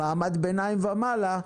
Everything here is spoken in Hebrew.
מעמד ביניים ומעלה,